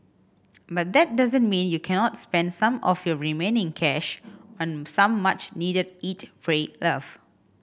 but that doesn't mean you cannot spend some of your remaining cash on some much needed eat pray love